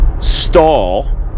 stall